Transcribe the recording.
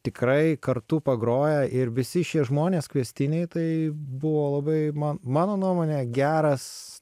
tikrai kartu pagroję ir visi šie žmonės kviestiniai tai buvo labai mano nuomone geras